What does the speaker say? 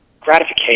gratification